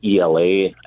ELA